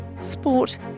sport